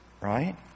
right